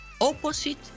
opposite